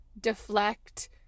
deflect